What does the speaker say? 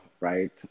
right